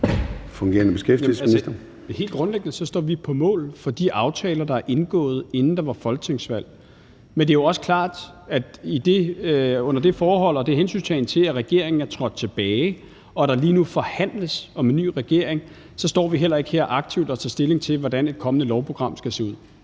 Hummelgaard (fg.): Altså, helt grundlæggende står vi på mål for de aftaler, der er indgået, inden der var folketingsvalg. Men det er jo også klart, at under hensyntagen til det forhold, at regeringen er trådt tilbage og der lige nu forhandles om en ny regering, står vi heller ikke her aktivt og tager stilling til, hvordan et kommende lovprogram skal se ud.